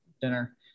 dinner